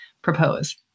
propose